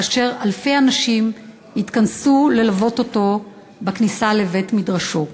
כאשר אלפי אנשים התכנסו ללוות אותו בכניסה לבית-מדרשו.